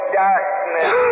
darkness